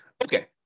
Okay